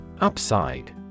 Upside